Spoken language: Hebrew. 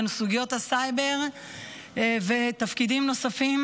ובהם סוגיות הסייבר ותפקידים נוספים,